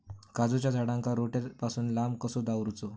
काजूच्या झाडांका रोट्या पासून लांब कसो दवरूचो?